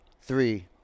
three